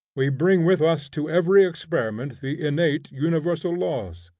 we bring with us to every experiment the innate universal laws.